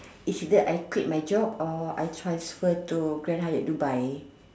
it's either I quit my job or I transfer to Grand-Hyatt Dubai